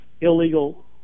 illegal